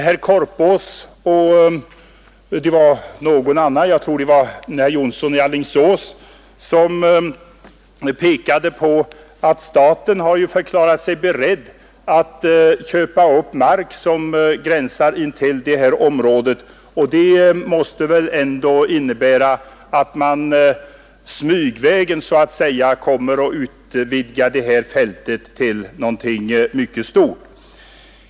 Herr Korpås och även herr Jonsson i Alingsås pekade på att staten har förklarat sig vara beredd att köpa upp mark som gränsar till detta område, och det måste väl ändå innebära att man så att säga smygvägen kommer att utvidga fältet till någonting mycket stort.